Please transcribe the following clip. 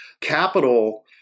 capital